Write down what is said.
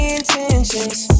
intentions